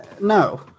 No